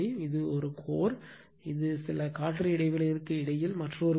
இந்த ஒரு கோர் இது சில காற்று இடைவெளிகளுக்கு இடையில் மற்றொரு கோர்